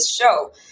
show